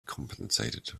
compensated